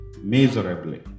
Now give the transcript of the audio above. miserably